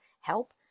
help